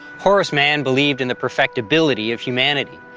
horace mann believed in the perfectibility of humanity,